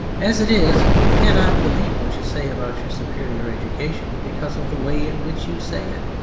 as it is, we cannot believe what you say about your superior education because of the way in which you say it.